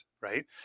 right